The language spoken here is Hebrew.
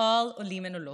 (אומרת דברים בשפה האנגלית,